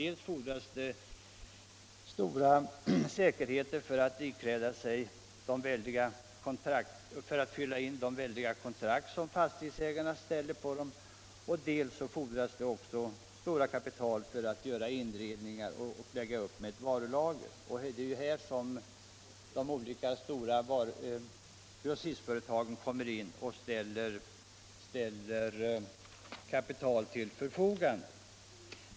Dels fordras det stora säkerheter för att uppfylla de väldiga krav som fastighetsägarna ställer i sina kontrakt, dels fordras det stora kapital för att skaffa inredningar och lägga upp varulager. Det är här de stora grossistföretagen kommer in och ställer kapital till förfogande.